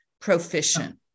proficient